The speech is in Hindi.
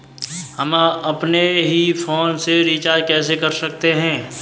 हम अपने ही फोन से रिचार्ज कैसे कर सकते हैं?